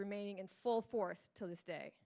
remaining in full force to this day